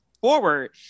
forward